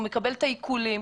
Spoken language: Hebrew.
הוא מקבל את העיקולים,